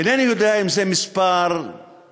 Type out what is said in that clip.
אינני יודע אם זה מספר ענק